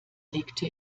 legte